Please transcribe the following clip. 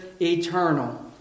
eternal